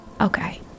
okay